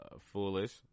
Foolish